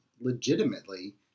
legitimately